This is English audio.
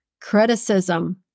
criticism